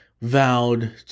vowed